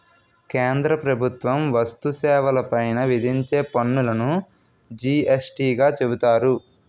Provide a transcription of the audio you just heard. కేంద్ర ప్రభుత్వం వస్తు సేవల పైన విధించే పన్నులును జి యస్ టీ గా చెబుతారు